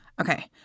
Okay